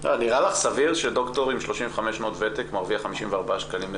נראה לך סביר שדוקטור עם 35 שנות ותק מרוויח 54 שקלים לשעה?